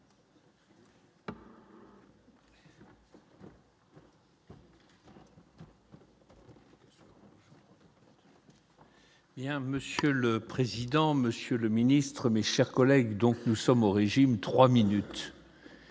a un monsieur le président, Monsieur le Ministre, mes chers collègues, donc nous sommes au régime 3 minutes.